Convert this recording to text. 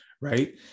Right